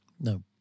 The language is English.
No